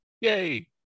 yay